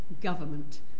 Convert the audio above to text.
government